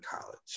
college